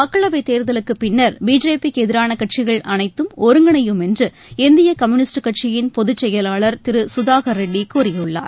மக்களவைத் தேர்தலுக்கு பின்னர் பிஜேபிக்கு எதிரான கட்சிகள் அனைத்தும் ஒருங்கிணையும் என்று இந்திய கம்யூனிஸ்ட் கட்சியின் பொதுச் செயலாளர் திரு சுதாகர் ரெட்டி கூறியுள்ளார்